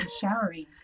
showering